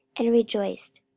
and rejoiced,